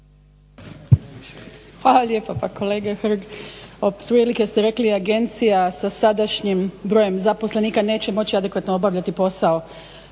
Hvala lijepa. Kolega Hrg otprilike ste rekli agencija sa sadašnjim brojem zaposlenika neće moći adekvatno obavljati posao.